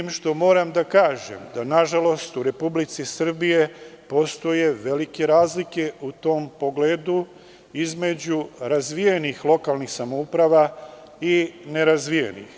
Moram da kažem da, nažalost, u Republici Srbiji postoje velike razlike u tom pogledu između razvijenih lokalnih samouprava i nerazvijenih.